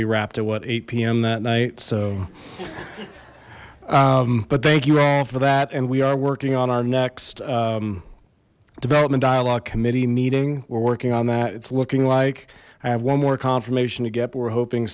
we wrapped it what p m that night so but thank you all for that and we are working on our next development dialogue committee meeting we're working on that it's looking like i have one more confirmation to get we're hoping